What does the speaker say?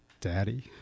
daddy